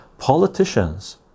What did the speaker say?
Politicians